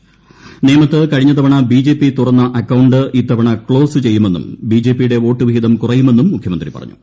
ന്ട്രേമിത്ത് കഴിഞ്ഞ തവണ ബിജെപി തുറന്ന അക്കൌണ്ട് ഇത്തവണ ക്കോസ് ചെയ്യുമെന്നും ബിജെപിയുടെ വോട്ട് വിഹിതം കുറയുമെന്നും മുഖ്യമന്ത്രി പറഞ്ഞു